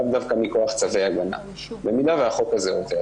לאו דווקא מכוח צווי הגנה במידה והחוק הזה עובר.